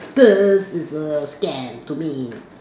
cause it's a scam to me